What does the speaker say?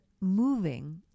moving